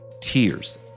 Tears